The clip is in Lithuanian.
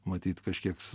matyt kažkiek